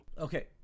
Okay